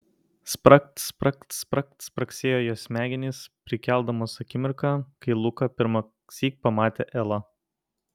spragt spragt spragt spragsėjo jos smegenys prikeldamos akimirką kai luka pirmąsyk pamatė elą